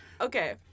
Okay